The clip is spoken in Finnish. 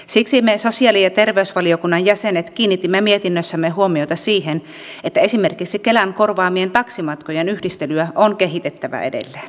siksi me sosiaali ja terveysvaliokunnan jäsenet kiinnitimme mietinnössämme huomiota siihen että esimerkiksi kelan korvaamien taksimatkojen yhdistelyä on kehitettävä edelleen